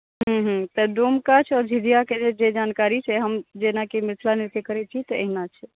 हँ हँ तऽ डोमकछ आओर झिझियाके जे जानकारी छै हम जेनाकि मिथिला नृत्य करैत छी तऽ अहिना छै